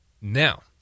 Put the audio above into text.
Now